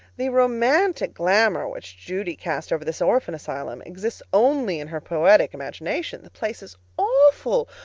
the romantic glamour which judy cast over this orphan asylum exists only in her poetic imagination. the place is awful.